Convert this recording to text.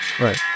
Right